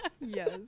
Yes